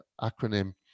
acronym